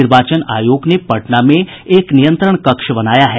निर्वाचन आयोग ने पटना में एक नियंत्रण कक्ष बनाया है